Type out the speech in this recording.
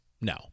No